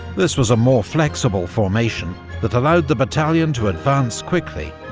this was a more flexible formation that allowed the battalion to advance quickly,